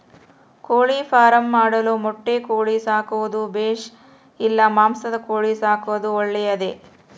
ಕೋಳಿಫಾರ್ಮ್ ಮಾಡಲು ಮೊಟ್ಟೆ ಕೋಳಿ ಸಾಕೋದು ಬೇಷಾ ಇಲ್ಲ ಮಾಂಸದ ಕೋಳಿ ಸಾಕೋದು ಒಳ್ಳೆಯದೇ?